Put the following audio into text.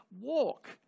walk